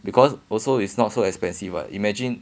because also is not so expensive what I imagine